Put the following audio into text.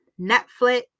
Netflix